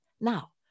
Now